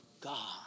God